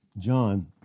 John